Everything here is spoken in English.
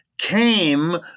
came